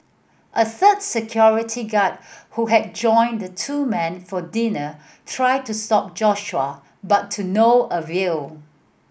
a third security guard who had joined the two men for dinner tried to stop Joshua but to no avail